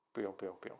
不用不用不用